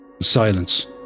silence